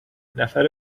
نفر